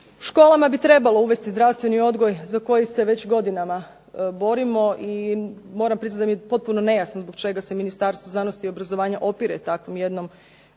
školama bi trebalo uvesti zdravstveni odgoj za koji se već godinama borimo i moram priznati da mi je potpuno nejasno zbog čega se Ministarstvo znanosti i obrazovanja opire takvom jednom